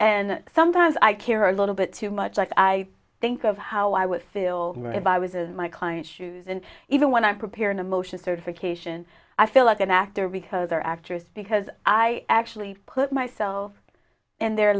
and sometimes i care a little bit too much like i think of how i would feel if i was a my client shoes and even when i'm preparing a motion certification i feel like an actor because they're actors because i actually put myself in their